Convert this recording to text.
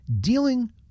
dealing